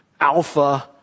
alpha